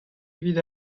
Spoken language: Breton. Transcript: evit